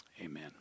Amen